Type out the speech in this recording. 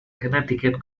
connecticut